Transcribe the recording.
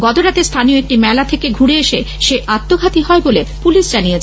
গতরাতে স্থানীয় একটি মেলা থেকে ঘুরে এসে সে আত্মঘাতী হয় বলে পুলিশ জানিয়ছে